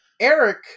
Eric